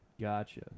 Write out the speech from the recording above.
Gotcha